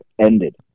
ended